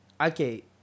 okay